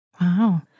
Wow